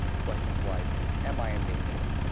questions like, am i in danger.